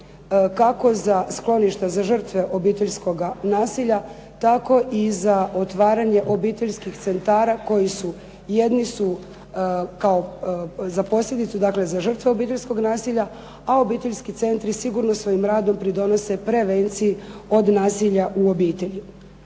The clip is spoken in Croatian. kako za skloništa za žrtve obiteljskoga nasilja, tako i za otvaranje obiteljskih sredstava koji su za posljedice, dakle za žrtve obiteljskog nasilja, a obiteljski centri sigurno svojim radom pridonose prevenciji od nasilja u obitelji.